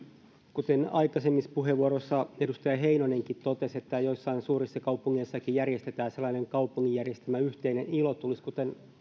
kuten aikaisemmassa puheenvuorossa edustaja heinonenkin totesi joissain suurissa kaupungeissa järjestetään sellainen kaupungin järjestämä yhteinen ilotulitus kuten